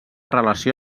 relació